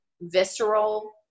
visceral